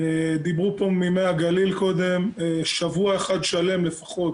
דיברו פה ממי הגליל קודם, שבוע אחד שלם לפחות